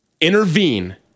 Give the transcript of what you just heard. intervene